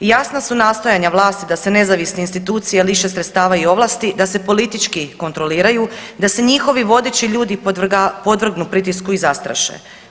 Jasna su nastojanja vlasti da se nezavisne institucije liše sredstava i ovlasti, da se politički kontroliraju, da se njihovi vodeći ljudi podvrgnu pritisku i zastraše.